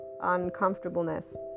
uncomfortableness